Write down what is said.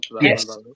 Yes